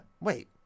Wait